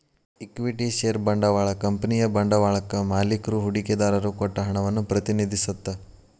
equity share ಬಂಡವಾಳ ಕಂಪನಿಯ ಬಂಡವಾಳಕ್ಕಾ ಮಾಲಿಕ್ರು ಹೂಡಿಕೆದಾರರು ಕೊಟ್ಟ ಹಣವನ್ನ ಪ್ರತಿನಿಧಿಸತ್ತ